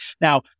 Now